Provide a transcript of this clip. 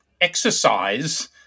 exercise